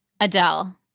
Adele